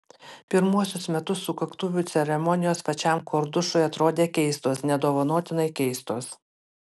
pirmuosius metus sukaktuvių ceremonijos pačiam kordušui atrodė keistos nedovanotinai keistos